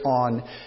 on